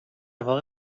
واقع